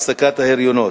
הפסקת ההריונות.